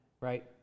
right